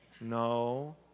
no